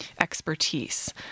expertise